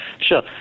Sure